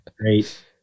great